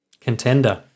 Contender